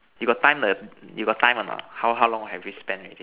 you got time the you got time a lot how how long have we spent already